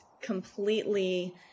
completely